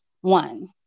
one